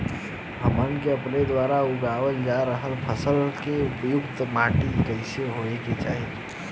हमन के आपके द्वारा उगाई जा रही फसल के लिए उपयुक्त माटी कईसन होय के चाहीं?